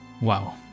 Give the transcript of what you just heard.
Wow